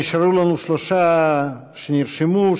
נשארו לנו שלושה שנרשמו,